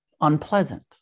unpleasant